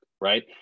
right